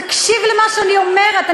תקשיב למה שאני אומרת.